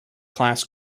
class